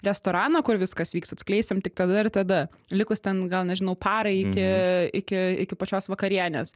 restoraną kur viskas vyks atskleisim tik tada ir tada likus ten gal nežinau parai iki iki iki pačios vakarienės